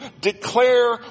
declare